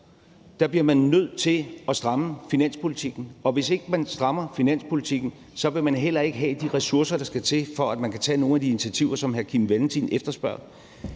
– bliver nødt til at stramme finanspolitikken. Og hvis ikke man strammer finanspolitikken, vil man heller ikke have de ressourcer, der skal til, for at man kan tage nogle af de initiativer, som hr. Kim Valentin efterspørger.